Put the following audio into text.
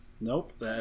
Nope